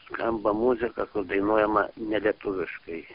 skamba muzika kur dainuojama ne lietuviškai